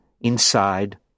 inside